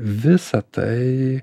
visa tai